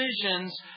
decisions